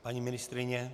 Paní ministryně?